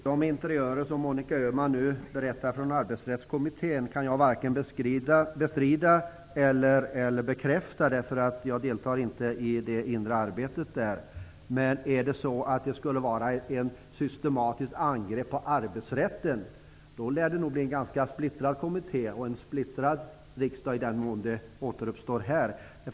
Fru talman! De interiörer från Arbetsrättskommittén som Monica Öhman nu berättar om kan jag varken bestrida eller bekräfta, för jag deltar inte i det inre arbetet där. Men skulle det förekomma ett systematiskt angrepp på arbetsrätten lär det bli en ganska splittrad kommitté och en splittrad riksdag i den mån frågan återuppstår här.